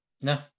No